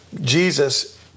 Jesus